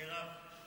מרב,